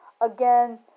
Again